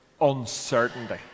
Uncertainty